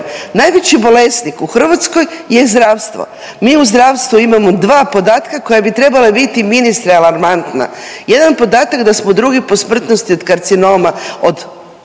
Najveći bolesnik u Hrvatskoj je zdravstvo. Mi u zdravstvu imamo dva podatka koja bi trebala biti ministre alarmantna. Jedan podatak da smo drugi po smrtnosti od karcinoma od